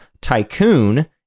Tycoon